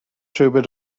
rhywbryd